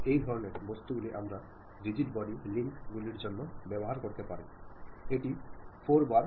എല്ലാ ആശയവിനിമയ പ്രക്രിയയിലും ഒരു അയക്കുന്നവനും സ്വീകർത്താവും ഉണ്ടാവും